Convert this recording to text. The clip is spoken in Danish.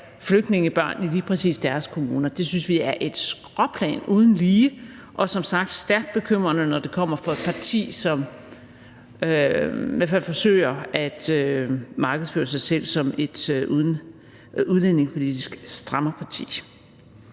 flygtningebørn i lige præcis deres kommuner. Det synes vi er et skråplan uden lige og som sagt stærkt bekymrende, når det kommer fra et parti, som i hvert fald forsøger at markedsføre sig selv som et udlændingepolitisk strammerparti.